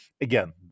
again